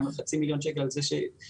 הם יקנסו בחצי מיליון שקל על זה שהיה